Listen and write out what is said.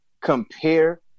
compare –